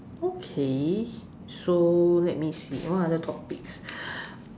okay so let me see what other topics